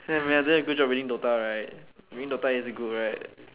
I'm doing a good job reading DOTA right you mean DOTA is good right